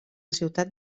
ciutat